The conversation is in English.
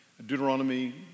Deuteronomy